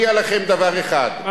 אבל אני מודיע לכם דבר אחד,